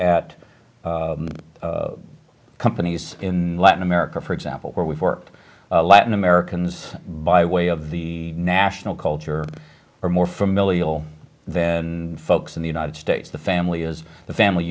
at companies in latin america for example where we've worked latin americans by way of the national culture are more familial then folks in the united states the family is the family